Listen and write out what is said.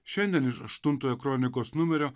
šiandien iš aštuntojo kronikos numerio